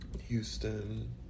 Houston